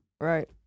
right